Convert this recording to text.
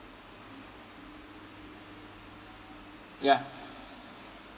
ya